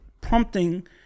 prompting